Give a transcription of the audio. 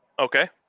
Okay